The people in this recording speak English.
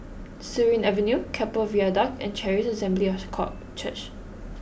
Surin Avenue Keppel Viaduct and Charis Assembly of God Church